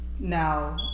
Now